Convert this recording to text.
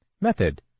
Method